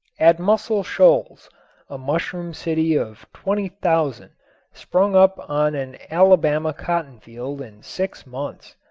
at muscle shoals a mushroom city of twenty thousand sprang up on an alabama cotton field in six months.